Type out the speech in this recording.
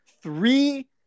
Three